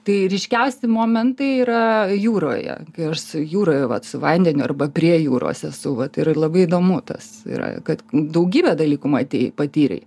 tai ryškiausi momentai yra jūroje kai aš su jūra vat su vandeniu arba prie jūros esu vat ir labai įdomu tas yra kad daugybę dalykų matei patyrei